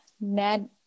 ned